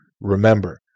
remember